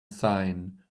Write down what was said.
sign